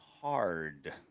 hard